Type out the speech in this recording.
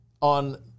on